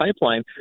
pipeline